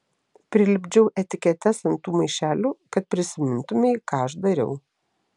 prilipdžiau etiketes ant tų maišelių kad prisimintumei ką aš dariau